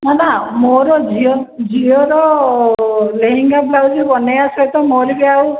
ନା ନା ମୋର ଝିଅ ଝିଅର ଲେହେଙ୍ଗା ବ୍ଲାଉଜ୍ ବନାଇବା ସହିତ ମୋର ବି ଆଉ